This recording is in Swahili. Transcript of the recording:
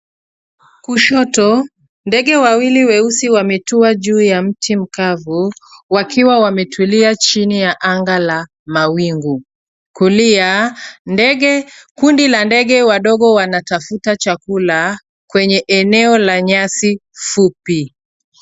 Kushoto, ndege wawili weusi wametua juu ya mti mkavu wakiwa wametulia chini ya anga la mawingu. Kulia, kundi la ndege wadogo wanatafuta chakula kwenye eneo la nyasi fupi.